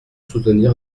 soutenir